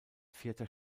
vierter